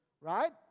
right